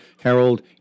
Harold